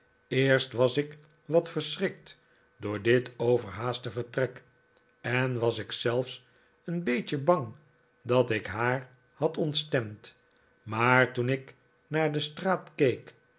eerst was ik wat verschrikt door dit overhaaste vertrek en was ik zelfs een beetje bang dat ik haar had ontstemd maar toen ik naar de straat